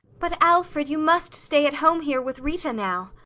but, alfred, you must stay at home here with rita now.